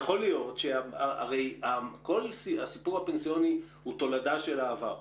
הרי כל הסיפור הפנסיוני הוא תולדה של העבר,